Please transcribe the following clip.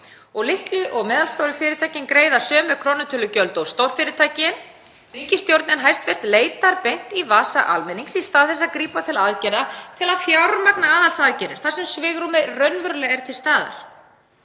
og litlu og meðalstóru fyrirtækin greiða sömu krónutölugjöld og stórfyrirtækin. Ríkisstjórnin leitar beint í vasa almennings í stað þess að grípa til aðgerða til að fjármagna aðhaldsaðgerðir þar sem svigrúmið er raunverulega til staðar.